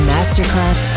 Masterclass